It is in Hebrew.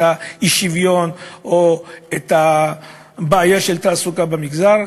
האי-שוויון או הבעיה של תעסוקה במגזר,